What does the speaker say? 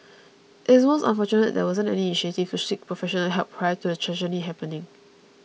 it's most unfortunate that there wasn't any initiative to seek professional help prior to the tragedy happening